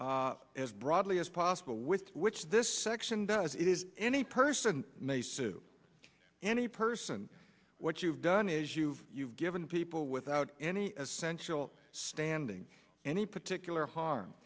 net as broadly as possible with which this section does it is any person may sue any person what you've done is you've given people without any essential standing any particular harm